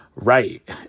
right